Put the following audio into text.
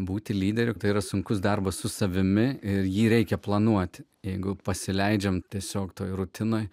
būti lyderiu tai yra sunkus darbas su savimi ir jį reikia planuoti jeigu pasileidžiame tiesiog toje rutinoje